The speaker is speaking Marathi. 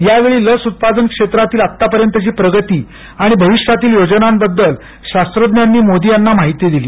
यावेळी लस उत्पादन क्षेत्रातील आतापर्यंतची प्रगती आणि भविष्यातील योजनांबद्दल शास्त्रज्ञांनी मोदी याना माहिती दिली